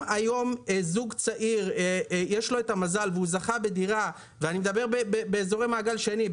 היום לזוג צעיר יש את המזל והוא זכה בדירה באזורי מעגל שני,